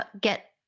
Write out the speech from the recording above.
get